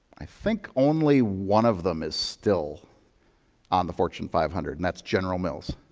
i think only one of them is still on the fortune five hundred and that's general mills.